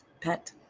pet